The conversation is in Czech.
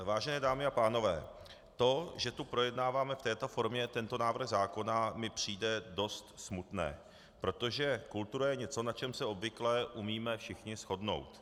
Vážené dámy a pánové, to, že tu projednáváme v této formě tento návrh zákona, mi přijde dost smutné, protože kultura je něco, na čem se obvykle umíme všichni shodnout.